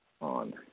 on